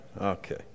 Okay